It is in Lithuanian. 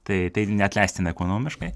tai tai neatleistina ekonomiškai